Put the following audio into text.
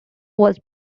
was